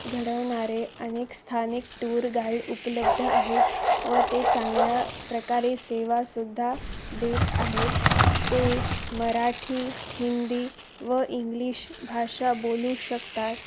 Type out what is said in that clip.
घडवणारे अनेक स्थानिक टूर गाईड उपलब्ध आहेत व ते चांगल्या प्रकारे सेवासुद्धा देत आहेत ते मराठी हिंदी व इंग्लिश भाषा बोलू शकतात